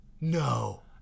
No